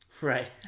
right